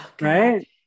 right